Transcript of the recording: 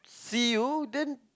see you then